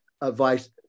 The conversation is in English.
advice